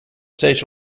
steeds